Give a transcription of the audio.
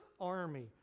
army